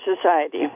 society